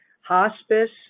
hospice